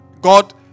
God